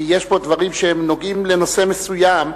כי יש פה דברים שנוגעים לנושא מסוים,